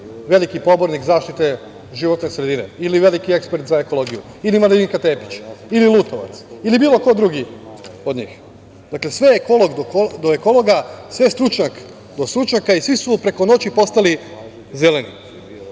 veliki pobornik zaštite životne sredine ili veliki ekspert za ekologiju ili Marinika Tepić ili Lutovac ili bilo ko drugi od njih. Dakle, sve ekolog do ekologa, sve stručnjak do stručnjaka i svi su preko noći postali Zeleni. Evo,